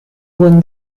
buon